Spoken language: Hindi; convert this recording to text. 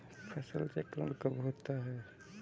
फसल चक्रण कब होता है?